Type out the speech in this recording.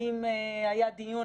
האם היה דיון?